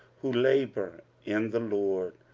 who labour in the lord.